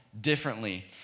differently